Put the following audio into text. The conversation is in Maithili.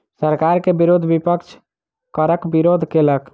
सरकार के विरुद्ध विपक्ष करक विरोध केलक